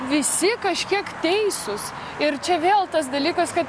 visi kažkiek teisūs ir čia vėl tas dalykas kad